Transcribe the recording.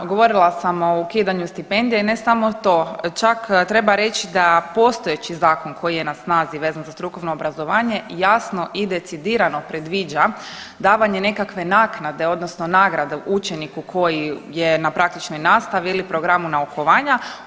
Da, govorila sam o ukidanju stipendija i ne samo to, čak treba reći da postojeći zakon koji je na snazi vezan za strukovno obrazovanje jasno i decidirano predviđa davanje nekakve naknade odnosno nagrade učeniku koji je na praktičnoj nastavi ili programu naukovanja.